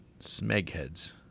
Smegheads